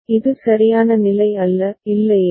இது சரியான நிலை அல்ல இல்லையா